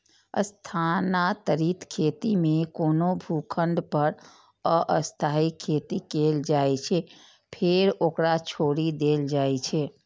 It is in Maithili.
स्थानांतरित खेती मे कोनो भूखंड पर अस्थायी खेती कैल जाइ छै, फेर ओकरा छोड़ि देल जाइ छै